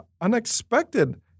unexpected